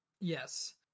Yes